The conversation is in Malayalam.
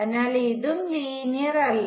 അതിനാൽ ഇതും ലീനിയർ അല്ല